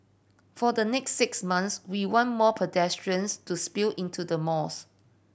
for the next six months we want more pedestrians to spill into the malls